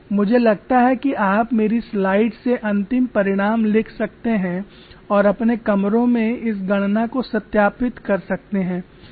मुझे लगता है कि आप मेरी स्लाइड से अंतिम परिणाम लिख सकते हैं और अपने कमरों में इस गणना को सत्यापित कर सकते हैं